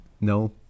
no